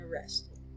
arrested